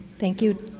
thank you.